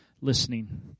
listening